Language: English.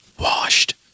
washed